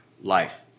Life